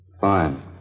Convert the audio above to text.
Fine